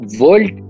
world